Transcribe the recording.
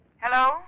Hello